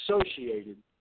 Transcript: associated